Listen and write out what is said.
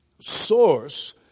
source